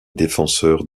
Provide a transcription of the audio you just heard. défenseurs